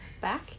back